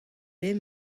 bet